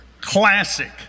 Classic